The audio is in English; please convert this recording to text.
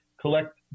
collect